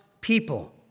people